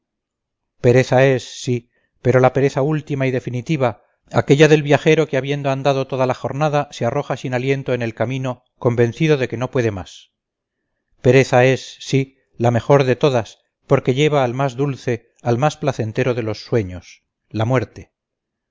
pablo pereza es sí pero la pereza última y definitiva aquella del viajero que habiendo andado toda la jornada se arroja sin aliento en el camino convencido de que no puede más pereza es sí la mejor de todas porque lleva al más dulce al más placentero de los sueños la muerte